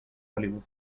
hollywood